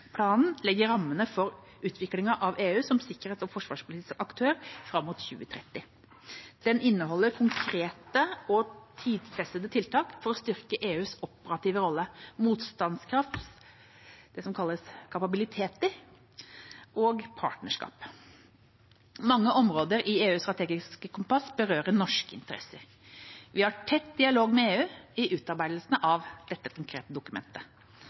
Planen legger rammene for utviklingen av EU som sikkerhets- og forsvarspolitisk aktør fram mot 2030. Den inneholder konkrete og tidfestete tiltak for å styrke EUs operative rolle, motstandskraft, det som kalles kapabiliteter, og partnerskap. Mange områder i EUs strategiske kompass berører norske interesser. Vi har hatt tett dialog med EU i utarbeidelsen av dette konkrete dokumentet.